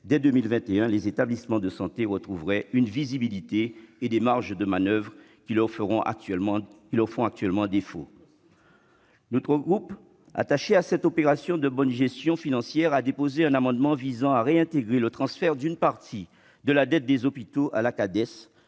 dès 2021, les établissements de santé retrouveraient de la visibilité et des marges de manoeuvre, ce qui leur fait actuellement défaut. Notre groupe, attaché à cette opération de bonne gestion financière, a déposé un amendement visant à réaffecter une partie de la dette des hôpitaux à la Cades.